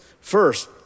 First